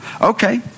Okay